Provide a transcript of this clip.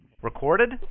Recorded